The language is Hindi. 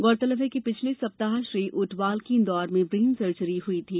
गौरतलब है कि पिछले सप्ताह श्री ऊंटवाल की इन्दौर में ब्रेन सर्जरी हुई थी